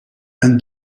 een